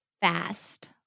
Fast